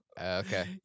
Okay